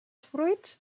fruits